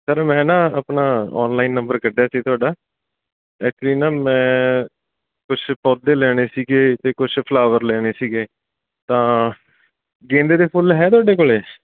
sir ਮੈਂ ਨਾ ਆਪਣਾ ਔਨਲਾਈਨ ਨੰਬਰ ਕੱਢਿਆ ਸੀ ਤੁਹਾਡਾ ਐਕਚੁਲੀ ਨਾ ਮੈਂ ਕੁਛ ਪੌਦੇ ਲੈਣੇ ਸੀਗੇ ਅਤੇ ਕੁਛ ਫਲਾਵਰ ਲੈਣੇ ਸੀਗੇ ਤਾਂ ਗੈਂਦੇ ਦੇ ਫੁੱਲ ਹੈ ਤੁਹਾਡੇ ਕੋਲ